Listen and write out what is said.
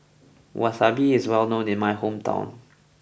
Wasabi is well known in my hometown